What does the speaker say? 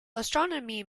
astronomy